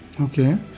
okay